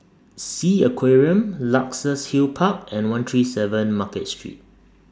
Sea Aquarium Luxus Hill Park and one three seven Market Street